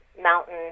mountain